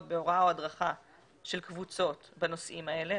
בהוראה או הדרכה של קבוצות בנושאים האלו.